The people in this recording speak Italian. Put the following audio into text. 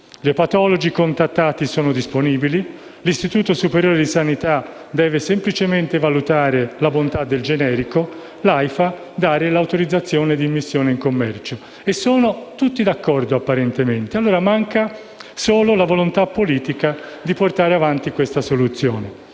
Gli epatologi contattati sono disponibili; l'Istituto superiore di sanità deve semplicemente valutare la bontà del generico; l'AIFA deve dare l'autorizzazione di immissione in commercio. E sono tutti d'accordo, apparentemente. Manca solo la volontà politica di portare avanti questa soluzione.